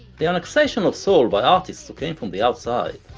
the annexation of soul by artists who came from the outside,